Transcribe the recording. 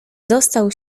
dostał